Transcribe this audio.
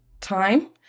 time